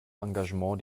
engagement